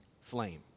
flame